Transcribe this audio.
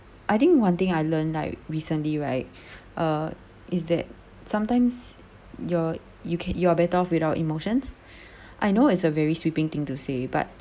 I think one thing I learned like recently right uh is that sometimes you're you can you are better off without emotions I know is a very sweeping thing to say but